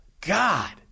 God